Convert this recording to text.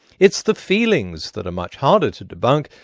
it's the feelings that are much harder to debunk,